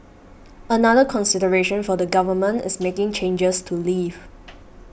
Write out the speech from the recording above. another consideration for the Government is making changes to leave